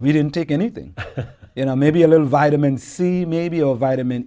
we didn't take anything you know maybe a little vitamin c maybe a vitamin